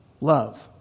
love